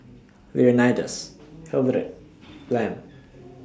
Leonidas Hildred Lem